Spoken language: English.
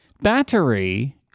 battery